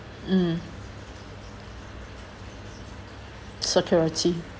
mm security